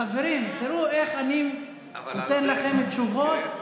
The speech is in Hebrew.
חברים, תראו איך אני נותן לכם תשובות.